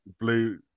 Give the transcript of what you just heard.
blue